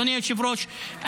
אדוני היושב-ראש,